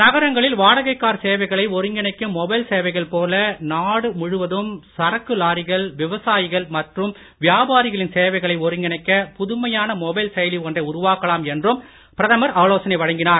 நகரங்களில் வாடகைக் கார் சேவைகளை ஒருங்கிணைக்கும் மொபைல் சேவைகள் போல நாடு முழுவதும் சரக்கு லாரிகள் விவசாயிகள் மற்றும் வியாபாரிகளின் சேவைகளை ஒருங்கிணைக்க புதுமையான மொபைல் செயலி ஒன்றை உருவாக்கலாம் என்றும் பிரதமர் ஆலோசனை வழங்கினார்